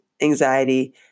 anxiety